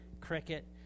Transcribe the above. cricket